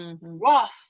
rough